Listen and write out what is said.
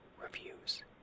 reviews